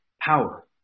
Power